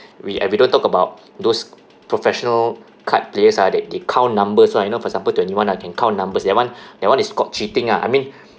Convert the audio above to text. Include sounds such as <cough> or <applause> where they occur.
we eh we don't talk about those professional card players ah the~ they count numbers [one] you know for example twenty one ah can count numbers that one <breath> that one is called cheating ah I mean